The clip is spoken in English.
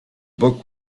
book